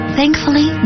Thankfully